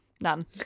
None